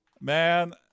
Man-